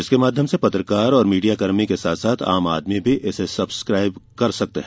इसके माध्यम से पत्रकार और मीडिया कर्मी के साथ साथ आम आदमी भी इसे सब्स्क्राइब कर सकते हैं